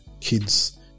kids